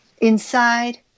inside